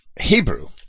Hebrew